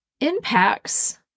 impacts